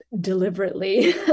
deliberately